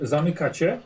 Zamykacie